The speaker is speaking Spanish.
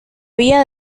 vía